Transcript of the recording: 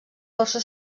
força